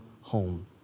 home